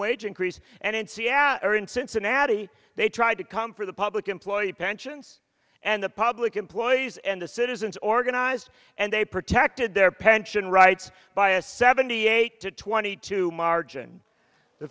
wage increase and in seattle or in cincinnati they tried to come for the public employee pensions and the public employees and the citizens organize and they protected their pension rights by a seventy eight to twenty two margin the